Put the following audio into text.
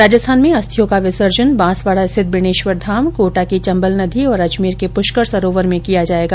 राजस्थान में अस्थियों का विसर्जन बांसवाडा स्थित बेणेश्वर धाम कोटा की चम्बल नदी और अजमेर के पुष्कर सरोवर में किया जायेगा